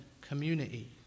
community